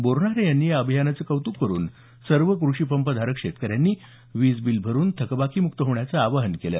बोरनारे यांनी या अभियानाचं कौत्क करून सर्व क्रषिपंपधारक शेतकऱ्यांनी वीजबिल भरून थकबाकीमुक्त होण्याचं आवाहन केलं